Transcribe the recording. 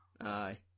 Aye